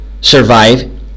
Survive